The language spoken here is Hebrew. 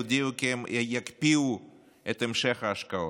הודיעו כי הם יקפיאו את המשך ההשקעות,